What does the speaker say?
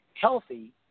healthy